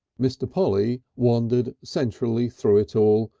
mr. polly wandered centrally through it all,